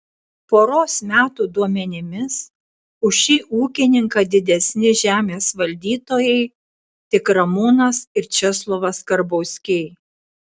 poros metų duomenimis už šį ūkininką didesni žemės valdytojai tik ramūnas ir česlovas karbauskiai